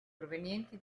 provenienti